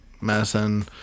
medicine